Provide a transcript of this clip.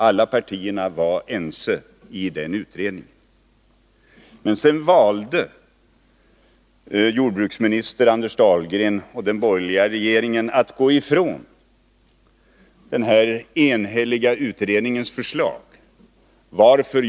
Alla partier var ense i den utredningen. Men sedan valde jordbruksminister Anders Dahlgren och den borgerliga regeringen att gå ifrån den enhälliga utredningens förslag. Varför?